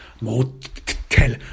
motel